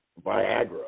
Viagra